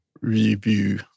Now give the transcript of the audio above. review